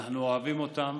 אנחנו אוהבים אותם